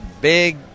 big